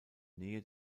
nähe